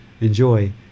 Enjoy